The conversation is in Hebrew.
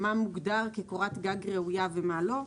מה מוגדר כקורת גג ראויה ומה לא.